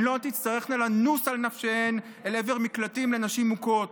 הן לא תצטרכנה לנוס על נפשן למקלטים לנשים מוכות.